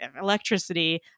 electricity